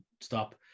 stop